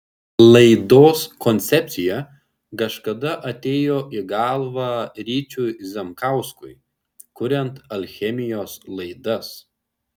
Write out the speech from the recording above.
laidos koncepcija kažkada atėjo į galvą ryčiui zemkauskui kuriant alchemijos laidas